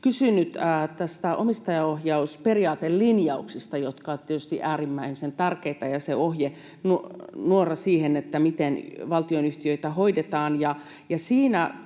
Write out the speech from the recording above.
kysynyt näistä omistajaohjausperiaatelinjauksista, jotka ovat tietysti äärimmäisen tärkeitä ja se ohjenuora siihen, miten valtionyhtiöitä hoidetaan. Siinä